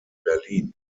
berlin